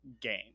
game